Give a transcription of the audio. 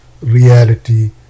reality